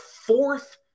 fourth